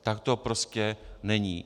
Tak to prostě není.